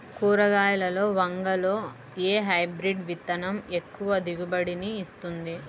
కూరగాయలలో వంగలో ఏ హైబ్రిడ్ విత్తనం ఎక్కువ దిగుబడిని ఇస్తుంది?